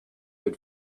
good